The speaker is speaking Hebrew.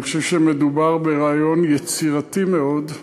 אני חושב שמדובר ברעיון יצירתי מאוד,